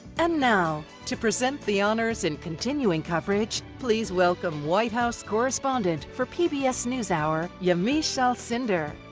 um now to present the honors and continuing coverage please welcome white house correspondent for pbs news hour, yamiche alcindor.